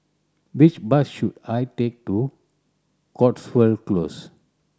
which bus should I take to Cotswold Close